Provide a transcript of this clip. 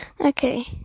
Okay